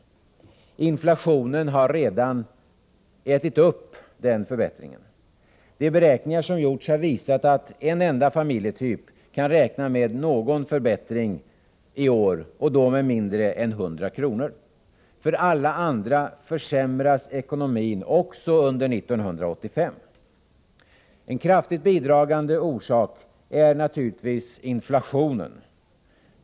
Inflationen har redan ätit upp den förbättringen. De beräkningar som gjorts har visat att en enda familjetyp kan räkna med någon förbättring i år, och då med mindre än 100 kr. För alla andra försämras ekonomin också under 1985. En kraftigt bidragande orsak till detta är naturligtvis inflationen.